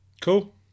Cool